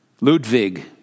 Ludwig